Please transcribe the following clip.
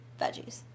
veggies